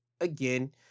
again